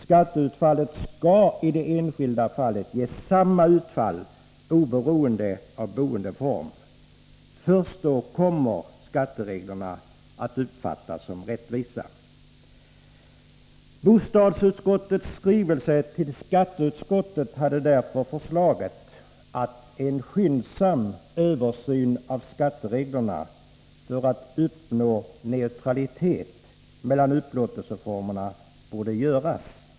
Skatteutfallet skall vara oberoende av boendeform. Först då kommer skattereglerna att uppfattas som rättvisa. I bostadsutskottets skrivelse till skatteutskottet föreslogs därför att en skyndsam översyn av skattereglerna för att uppnå neutralitet mellan upplåtelseformerna borde göras.